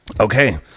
Okay